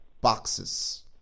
boxes